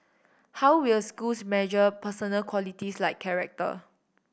how will schools measure personal qualities like character